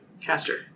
Caster